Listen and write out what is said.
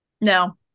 no